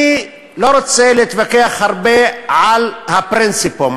אני לא רוצה להתווכח הרבה על ה-principium,